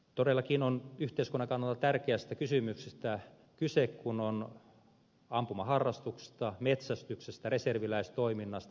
todellakin on yhteiskunnan kannalta tärkeästä kysymyksestä kyse kun on ampumaharrastuksesta metsästyksestä reserviläistoiminnasta vapaaehtoisesta maanpuolustuksesta ja niin edelleen